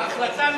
ההחלטה מטומטמת.